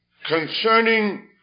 Concerning